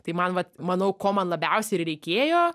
tai man vat manau ko man labiausiai ir reikėjo